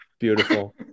Beautiful